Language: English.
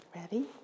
Ready